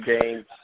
games